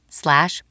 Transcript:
slash